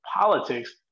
politics